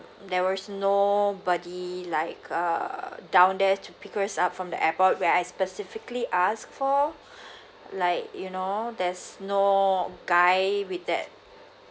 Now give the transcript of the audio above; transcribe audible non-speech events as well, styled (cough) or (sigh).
there was nobody like err down there to pick us up from the airport where I specifically asked for (breath) like you know there's no guide with that